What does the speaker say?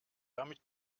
damit